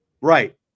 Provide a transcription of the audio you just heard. Right